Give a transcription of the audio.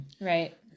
Right